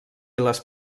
les